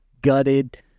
gutted